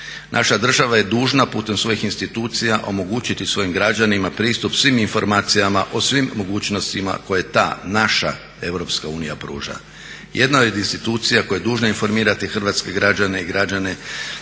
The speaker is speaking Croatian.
Naša država je dužna putem svojim institucija omogućiti svojim građanima pristup svim informacijama o svim mogućnostima koje ta naša Europska unija pruža. Jedna od institucija koja je dužna informirati hrvatske građane i građane